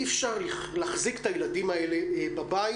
אי-אפשר להחזיק את הילדים האלה בבית,